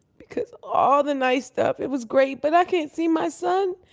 because all the nice staff, it was great, but i can't see my son.